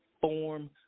form